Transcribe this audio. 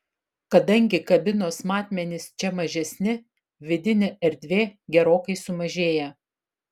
kadangi kabinos matmenys čia mažesni vidinė erdvė gerokai sumažėja